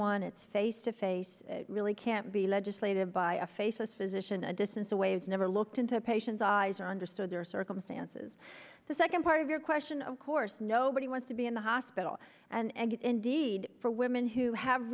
one it's face to face really can't be legislated by a faceless physician a distance away is never looked into patients eyes are understood there are circumstances the second part of your question of course nobody wants to be in the hospital and indeed for women who have